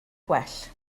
gwell